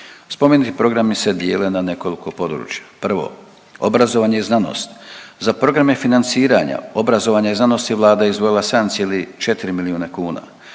Spomenuti programi se dijeli na nekoliko područja. Prvo, obrazovanje i znanost. Za programe financiranja, obrazovanja i znanosti Vlada je izdvojila 7,4 milijuna kuna.